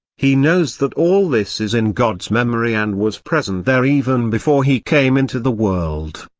he knows that all this is in god's memory and was present there even before he came into the world.